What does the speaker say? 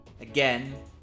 Again